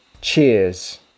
Cheers